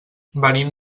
venim